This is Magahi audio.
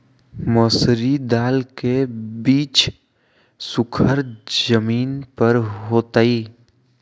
मसूरी दाल के बीज सुखर जमीन पर होतई?